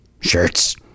shirts